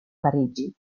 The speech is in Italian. parigi